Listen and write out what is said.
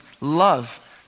love